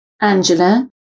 angela